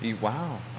Wow